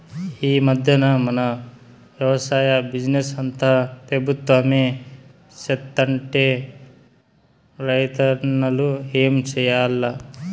ఈ మధ్దెన మన వెవసాయ బిజినెస్ అంతా పెబుత్వమే సేత్తంటే రైతన్నలు ఏం చేయాల్ల